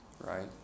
right